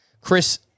Chris